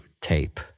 tape